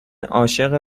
عاشق